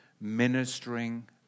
ministering